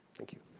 thank you,